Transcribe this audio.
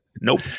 Nope